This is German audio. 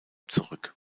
zurück